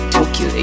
Tokyo